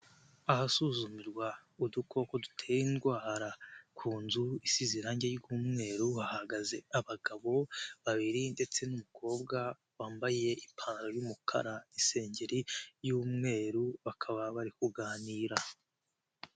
Ahasuzumirwa udukoko dutera indwara, ku nzu isize irangi ry'umweru, hahagaze abagabo babiri ndetse n'umukobwa wambaye ipantaro y'umukara, isengeri y'umweru bakaba bari kuganira.